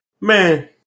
man